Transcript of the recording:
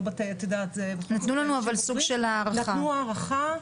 נתנו הערכה.